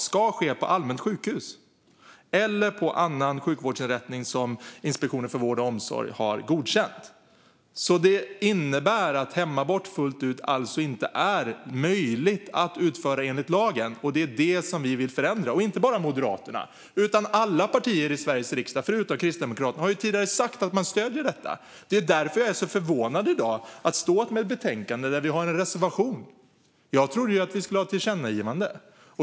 ska ske på allmänt sjukhus eller på annan sjukvårdsinrättning som Inspektionen för vård och omsorg har godkänt". Det innebär att hemabort fullt ut inte är möjlig att utföra enligt lagen. Det är det som vi vill förändra. Och det är inte bara Moderaterna som vill göra det. Alla partier i Sveriges riksdag förutom Kristdemokraterna har tidigare sagt att man stöder detta. Därför är jag så förvånad i dag. Vi står med ett betänkande där vi har en reservation. Jag trodde att vi skulle föreslå ett tillkännagivande.